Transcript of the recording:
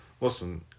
listen